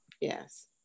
Yes